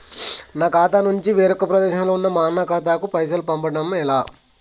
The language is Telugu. నా ఖాతా నుంచి వేరొక ప్రదేశంలో ఉన్న మా అన్న ఖాతాకు పైసలు పంపడానికి ఎలా?